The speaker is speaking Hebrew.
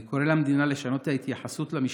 אני קורא למדינה לשנות את ההתייחסות למשפחות,